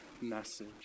message